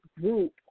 group